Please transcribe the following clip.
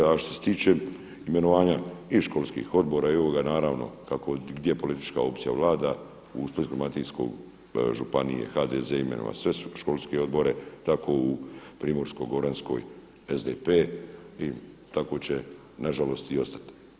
A što se tiče imenovanja i školskih odbora i ovoga, naravno kako gdje politička opcija vlada u Splitsko-dalmatinskoj županiji je HDZ-e imenovan u sve školske odbore, tako u Primorsko-goranskoj SDP-e i tako će i na žalost i ostati.